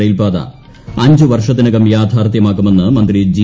റെയിൽപാത അഞ്ച് വർഷത്തിനകം യാഥാർത്ഥ്യമാക്കുമെന്ന് മന്ത്രി ജി